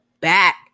back